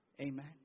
Amen